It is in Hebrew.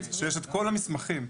שיש את כל המסמכים,